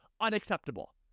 unacceptable